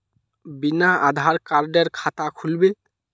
बिना आधार कार्डेर खाता खुल बे?